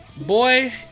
Boy